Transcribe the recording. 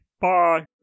Bye